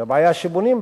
והבעיה שבונים בהן,